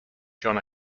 jon